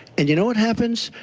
and you know what happens?